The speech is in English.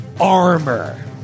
armor